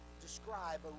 describe